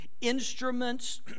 instruments